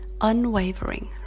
unwavering